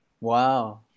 Wow